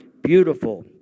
beautiful